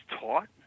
taught